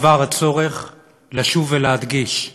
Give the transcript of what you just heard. בדבר הצורך לשוב ולהדגיש,